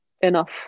enough